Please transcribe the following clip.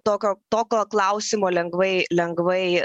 tokio tokio klausimo lengvai lengvai